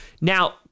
now